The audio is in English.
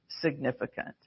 significant